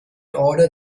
order